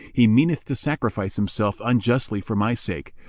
he meaneth to sacrifice himself unjustly for my sake,